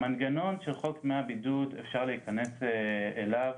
המנגנון של חוק דמי הבידוד, אפשר להיכנס אליו,